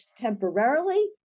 temporarily